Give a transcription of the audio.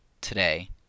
today